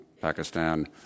Pakistan